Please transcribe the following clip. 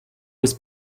was